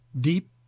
Deep